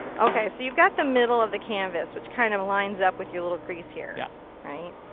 okay. so you got the middle of the canvas which kind of lines up with your little crease here. yeah. right.